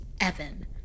Evan